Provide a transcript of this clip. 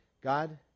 God